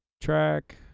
track